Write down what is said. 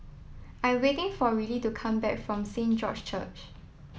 I'm waiting for Rillie to come back from Saint George's Church